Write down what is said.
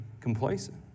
complacent